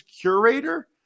curator